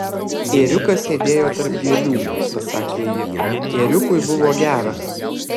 ėriukas sėdėjo tarp gėlių pasakė ji ėriukui buvo gera